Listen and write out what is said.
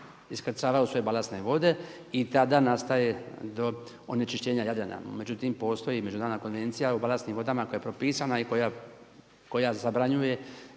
iskrcavaju svoje balastne vode i tada nastaje onečišćenje Jadrana. Međutim, postoji Međunarodna konvencija o balastnim vodama koja je propisana i koja zabranjuje